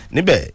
Nibe